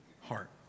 heart